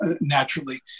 naturally